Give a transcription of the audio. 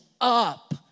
up